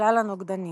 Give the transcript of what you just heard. מכלל הנוגדנים.